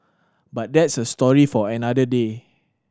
but that's a story for another day